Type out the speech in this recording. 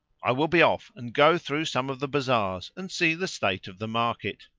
i will be off and go through some of the bazaars and see the state of the market.